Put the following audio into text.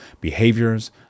behaviors